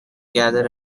gather